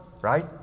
right